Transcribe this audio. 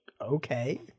okay